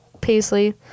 Paisley